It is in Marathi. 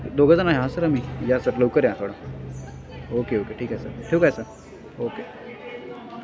दोघं जण आहे हां सर आम्ही या सर लवकर या थोडं ओके ओके ठीक आहे सर ठेवू काय सर ओके